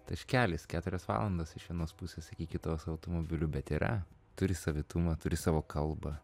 taškelis keturios valandos iš vienos pusės iki kitos automobiliu bet yra turi savitumą turi savo kalbą